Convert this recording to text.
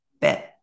bit